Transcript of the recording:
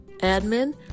admin